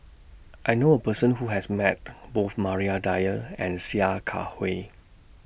I knew A Person Who has Met Both Maria Dyer and Sia Kah Hui